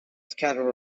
scattered